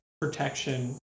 protection